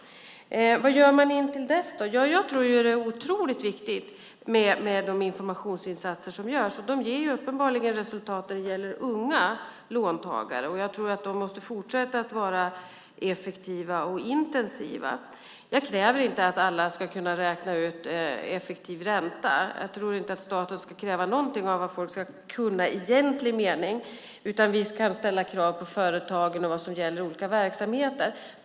Vad gör man till dess då? Ja, jag tror att det är otroligt viktigt med de informationsinsatser som görs. De ger uppenbarligen resultat när det gäller unga låntagare, och jag tror att de måste fortsätta vara effektiva och intensiva. Jag kräver inte att alla ska kunna räkna ut effektiv ränta. Jag tror inte att staten ska kunna kräva någonting när det gäller vad folk ska kunna i egentlig mening, utan vi kan ställa krav på företagen och vad som gäller i olika verksamheter.